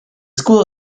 school